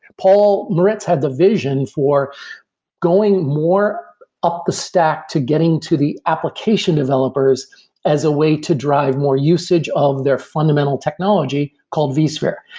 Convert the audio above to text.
paul maritz had the vision for going more up the stack to getting to the application developers as a way to drive more usage of their fundamental technology, called vsphere.